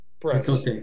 Press